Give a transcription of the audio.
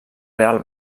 real